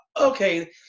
okay